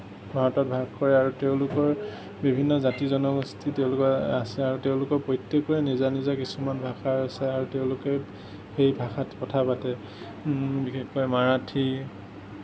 ভাৰতত বাস কৰে আৰু তেওঁলোকৰ বিভিন্ন জাতি জনগোষ্ঠী তেওঁলোকৰ আছে আৰু তেওঁলোকৰ প্ৰত্যেকৰে নিজা নিজা কিছুমান ভাষা আছে আৰু তেওঁলোকে সেই ভাষাত কথা পাতে বিশেষকৈ মাৰাঠী